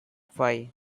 five